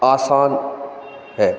आसान है